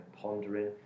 pondering